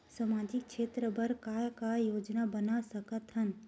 सामाजिक क्षेत्र बर का का योजना बना सकत हन?